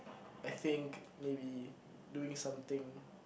I think maybe doing something